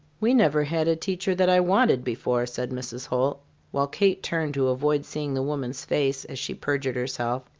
we never had a teacher that i wanted before, said mrs. holt while kate turned to avoid seeing the woman's face as she perjured herself.